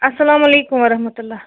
اسلام علیکُم وَرَحمتہُ اللہ